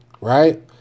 Right